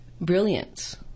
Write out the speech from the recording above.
brilliance